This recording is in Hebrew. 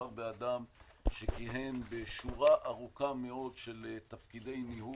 מדובר באדם שכיהן בשורה ארוכה מאוד של תפקידי ניהול.